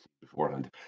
beforehand